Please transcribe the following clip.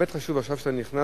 באמת חשוב עכשיו שאתה נכנס,